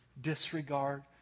disregard